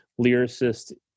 lyricist